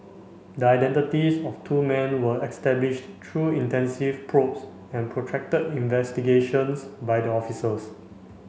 the identities of two men were established through intensive probes and protracted investigations by the officers